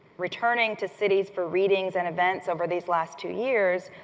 returning to cities for readings and events over these last two years,